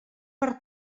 per